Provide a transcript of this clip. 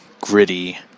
gritty